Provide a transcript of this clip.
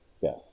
Yes